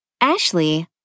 Ashley